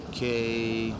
Okay